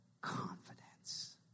confidence